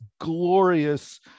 glorious